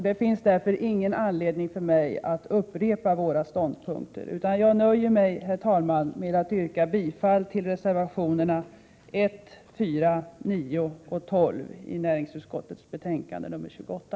Det finns därför ingen anledning för mig att här upprepa våra ståndpunkter, utan jag nöjer mig, herr talman, med att yrka bifall till reservationerna 1, 4, 9 och 12 i näringsutskottets betänkande 28.